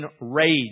rage